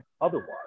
otherwise